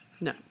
No